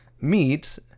meet